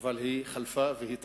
אבל היא חלפה והיא תחלוף.